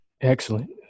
Excellent